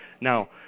Now